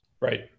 Right